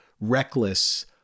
reckless